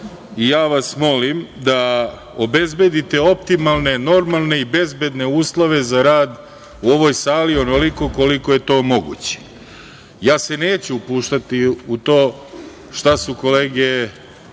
Ja vas molim da obezbedite optimalne, normalne i bezbedne uslove za rad u ovoj sali onoliko koliko je to moguće. Ja se neću upuštati u to šta su kolege